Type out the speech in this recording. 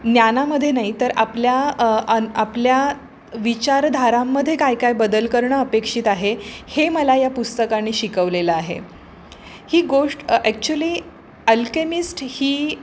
ज्ञानामध्ये नाही तर आपल्या अन आपल्या विचारधारांमध्ये काय काय बदल करणं अपेक्षित आहे हे मला या पुस्तकाने शिकवलेलं आहे ही गोष्ट ॲक्च्युली अल्केमिस्ट ही